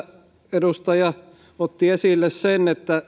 edustaja otti esille sen että